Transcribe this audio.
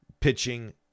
pitching